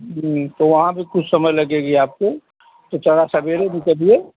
जी तो वहाँ पर कुछ समय लगेगी आपको तो थोड़ा सवेरे निकलिए